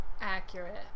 accurate